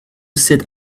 sit